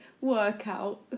workout